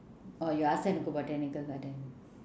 oh you ask them to go botanical garden